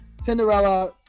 Cinderella